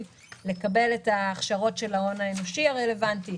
לקבל את ההכשרות של ההון האנושי הרלוונטי,